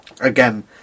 again